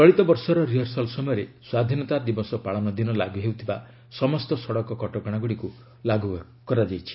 ଚଳିତବର୍ଷର ରିହରସଲ୍ ସମୟରେ ସ୍ୱାଧୀନତା ଦିବସ ପାଳନ ଦିନ ଲାଗୁ ହେଉଥିବା ସମସ୍ତ ସଡ଼କ କଟକଶାଗୁଡ଼ିକୁ ଲାଗୁ କରାଯାଇଛି